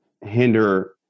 hinder